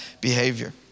behavior